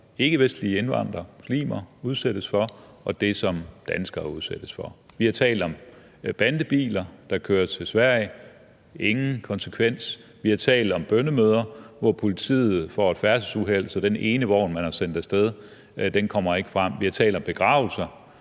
ikkevestlige indvandrere, muslimer udsættes for, og det, som danskere udsættes for. Vi har talt om bandebiler, der kører til Sverige – ingen konsekvens. Vi har talt om bønnemøder, hvor politiet får et færdselsuheld, så den ene vogn, man har sendt af sted, ikke kommer frem. Vi har talt om begravelser